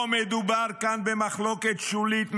לא מדובר כאן במחלוקת שולית,